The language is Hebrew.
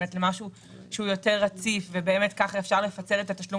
אל משהו שהוא יותר רציף ובאמת כך אפשר לפצל את התשלום,